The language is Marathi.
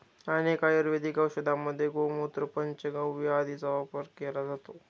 अनेक आयुर्वेदिक औषधांमध्ये गोमूत्र, पंचगव्य आदींचा वापर केला जातो